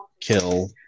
kill